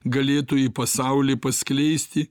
galėtų į pasaulį paskleisti